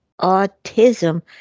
autism